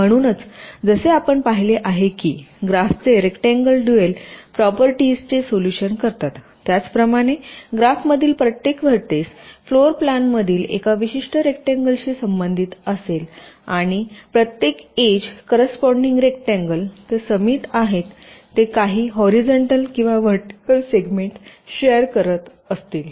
म्हणूनच जसे आपण पाहिले आहे की ग्राफचे रेक्टांगल डूआल प्रॉपर्टीजचे सोल्युशन करतात त्याचप्रमाणे ग्राफतील प्रत्येक व्हर्टेक्स फ्लोर प्लॅनतील एका विशिष्ट रेक्टांगलशी संबंधित असेल आणि प्रत्येक एज करस्पॉन्डिन्ग रेक्टांगलते समीप आहेत ते काही हॉरीझॉन्टल किंवा व्हर्टिकल सेगमेंट शेयर करतील